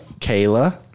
Kayla